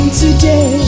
today